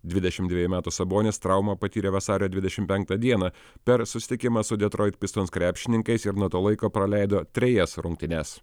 dvidešim dviejų metų sabonis traumą patyrė vasario dvidešim penktą dieną per susitikimą su detroit pistons krepšininkais ir nuo to laiko praleido trejas rungtynes